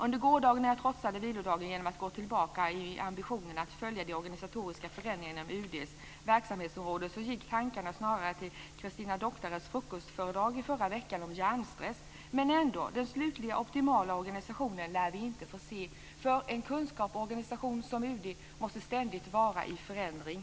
Under gårdagen, när jag trotsade vilodagen genom att gå tillbaka i ambitionen att följa de organisatoriska förändringarna inom UD:s verksamhetsområde, gick tankarna snarare till Christina Doctares frukostföredrag i förra veckan om hjärnstress. Men vi lär ändå inte få se den slutliga optimala organisationen eftersom en kunskapsorganisation som UD ständigt måste vara i förändring.